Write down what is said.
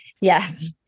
Yes